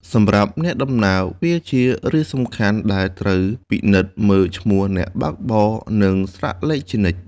សម្រាប់អ្នកដំណើរ វាជារឿងសំខាន់ដែលត្រូវពិនិត្យមើលឈ្មោះអ្នកបើកបរ និងស្លាកលេខជានិច្ច។